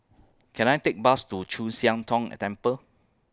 Can I Take Bus to Chu Siang Tong Temple